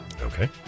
okay